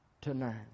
tonight